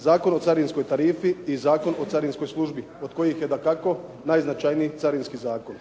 Zakon o carinskoj tarifi i Zakon o carinskoj službi, od kojih je dakako najznačajniji Carinski zakon.